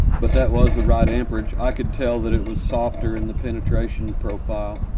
but that was the right amperage. i could tell that it was softer in the penetration profile.